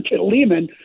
Lehman